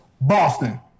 Boston